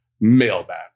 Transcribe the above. Mailbag